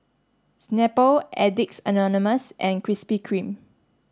Snapple Addicts Anonymous and Krispy Kreme